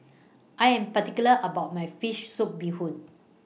I Am particular about My Fish Soup Bee Hoon